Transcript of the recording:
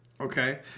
Okay